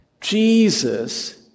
Jesus